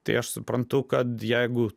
tai aš suprantu kad jeigu